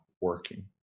working